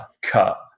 cut